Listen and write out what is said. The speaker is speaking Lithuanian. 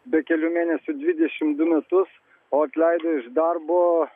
be kelių mėnesių dvidešimt du metus o atleido iš darbo